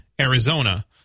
Arizona